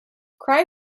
cry